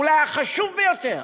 אולי החשוב ביותר,